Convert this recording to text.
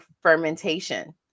fermentation